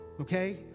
okay